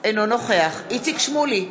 אינו נוכח איציק שמולי,